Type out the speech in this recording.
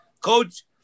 coach